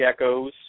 geckos